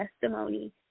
testimony